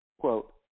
Quote